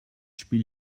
spiel